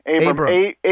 Abram